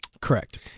Correct